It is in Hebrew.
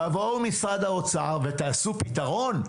תבואו משרד האוצר ותייצרו פתרון.